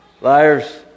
Liars